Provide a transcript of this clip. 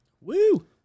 Woo